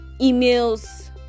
emails